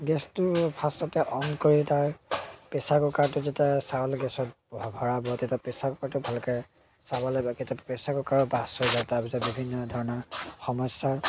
গেছটো ফাৰ্ষ্টতে অন কৰি তাৰ প্ৰেছাৰ কুকাৰটো যেতিয়া চাউল গেছত ভৰাব তেতিয়া প্ৰেছাৰ কুকাৰটো ভালকৈ চাব লাগিব কেতিয়াবা প্ৰেছাৰ কুকাৰ বাৰ্ষ্ট হৈ যায় তাৰপিছত বিভিন্ন ধৰণৰ সমস্যাৰ